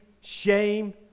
shame